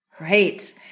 Right